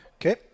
Okay